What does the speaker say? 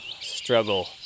struggle